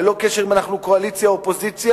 ללא קשר אם אנחנו קואליציה או אופוזיציה,